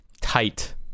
Tight